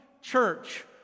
church